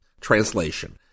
Translation